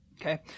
Okay